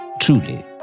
Truly